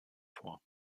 vor